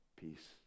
peace